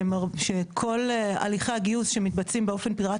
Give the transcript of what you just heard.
שכל הליכי הגיוס שמתבצעים באופן פיראטי